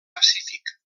pacífic